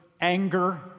anger